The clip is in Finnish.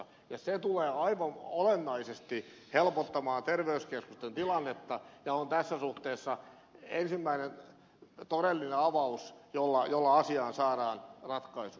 se tulee aivan olennaisesti helpottamaan terveyskeskusten tilannetta ja on tässä suhteessa ensimmäinen todellinen avaus jolla asiaan saadaan ratkaisu